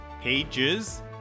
pages